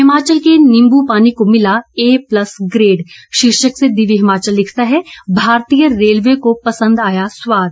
हिमाचल के नींबू पानी को मिला ए प्लस ग्रेड शीर्षक से दिव्य हिमाचल लिखता है भारतीय रेलवे को पसंद आया स्वाद